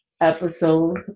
episode